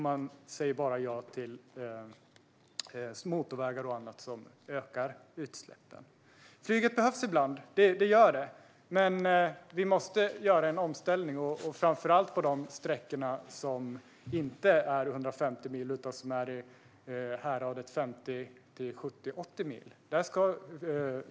Man säger ja endast till motorvägar och annat som ökar utsläppen. Flyget behövs ibland - det gör det - men vi måste göra en omställning, framför allt på de sträckor som inte är 150 mil utan som ligger i häradet 50-80 mil.